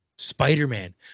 Spider-Man